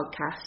podcast